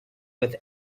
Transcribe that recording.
with